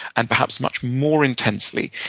and perhaps much more intensely.